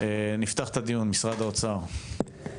נפתח את הדיון, משרד האוצר, בבקשה.